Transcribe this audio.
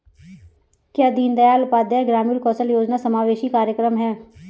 क्या दीनदयाल उपाध्याय ग्रामीण कौशल योजना समावेशी कार्यक्रम है?